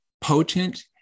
potent